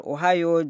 Ohio